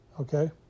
Okay